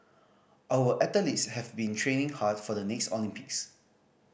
our athletes have been training hard for the next Olympics